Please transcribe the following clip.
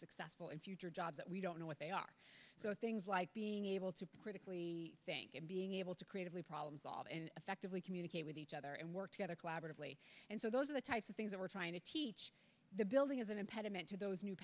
sick in future jobs that we don't know what they are so things like being able to predict lee think and being able to creatively problem solve and effectively communicate with each other and work together collaboratively and so those are the types of things that we're trying to teach the building is an impediment to those new